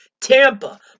Tampa